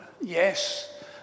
yes